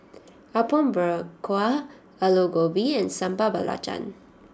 Apom Berkuah Aloo Gobi and Sambal Belacan